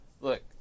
Look